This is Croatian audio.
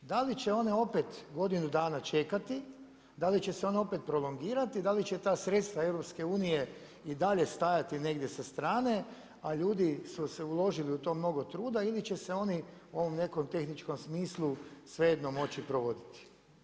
Da li će one opet godinu dana čekati, da li će se one opet prolongirati, da li će ta sredstva EU i dalje stajati negdje sa strane a ljudi su uložili u to mnogo truda ili će se oni u ovom nekom tehničkom smislu svejedno moći provoditi?